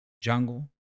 jungle